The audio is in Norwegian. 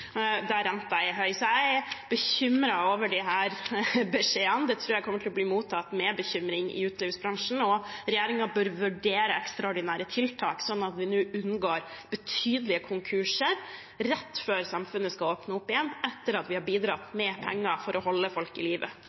der renten er høy. Jeg er bekymret over disse beskjedene. Jeg tror de kommer til å bli mottatt med bekymring i utelivsbransjen. Regjeringen bør vurdere ekstraordinære tiltak, sånn at vi nå unngår betydelige konkurser rett før samfunnet skal åpne opp igjen, etter at vi har bidratt med penger for å holde selskaper i